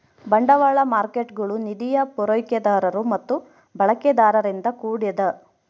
ಬಂಡವಾಳ ಮಾರ್ಕೇಟ್ಗುಳು ನಿಧಿಯ ಪೂರೈಕೆದಾರರು ಮತ್ತು ಬಳಕೆದಾರರಿಂದ ಕೂಡ್ಯದ